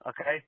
Okay